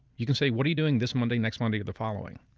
you can say, what are you doing this monday, next monday, or the following?